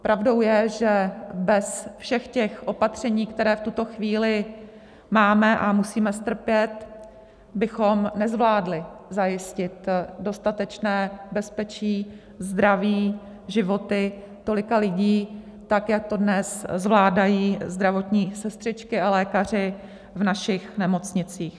Pravdou je, že bez všech těch opatření, která v tuto chvíli máme a musíme strpět, bychom nezvládli zajistit dostatečné bezpečí, zdraví, životy tolika lidí tak, jak to dnes zvládají zdravotní sestřičky a lékaři v našich nemocnicích.